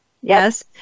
Yes